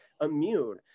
immune